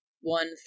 one